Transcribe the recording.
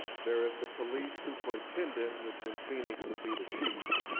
there is the police superintendent, which in phoenix would be the chief.